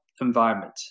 environment